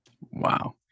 Wow